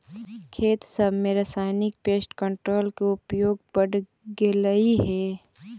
खेत सब में रासायनिक पेस्ट कंट्रोल के उपयोग बढ़ गेलई हे